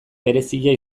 berezia